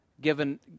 given